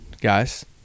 guys